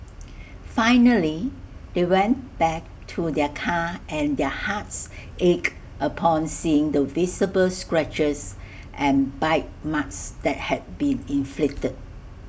finally they went back to their car and their hearts ached upon seeing the visible scratches and bite marks that had been inflicted